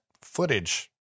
footage